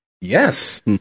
Yes